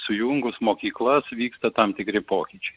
sujungus mokyklas vyksta tam tikri pokyčiai